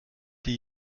die